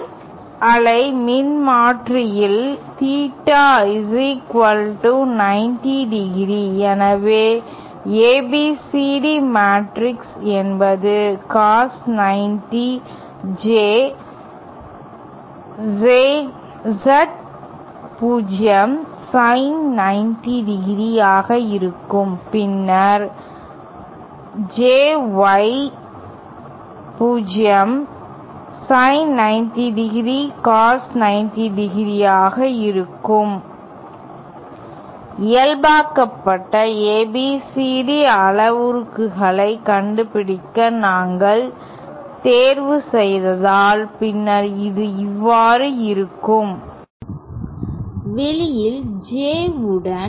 கால் அலை மின்மாற்றியில் தீட்டா 90° எனவே ABCD மேட்ரிக்ஸ் என்பது cos 90 J Z0 sin 90 ° ஆக இருக்கும் பின்னர் JY0 sin 90° cos 90° ஆக இருக்கும் இயல்பாக்கப்பட்ட ABCD அளவுருக்களைக் கண்டுபிடிக்க நாங்கள் தேர்வுசெய்தால் பின்னர் இது இவ்வாறு இருக்கும் வெளியில் J உடன்